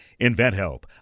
InventHelp